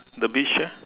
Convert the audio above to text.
the beach ah